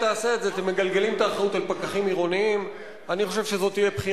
לסעיף 1, לשם החוק,